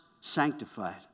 sanctified